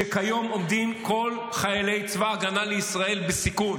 שכיום עומדים כל חיילי צבא הגנה לישראל בסיכון.